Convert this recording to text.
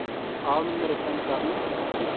آو نہٕ مےٚ رِفنڈ کرنہٕ کیٚنٛہہ